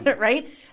right